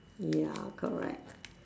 ya correct